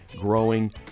growing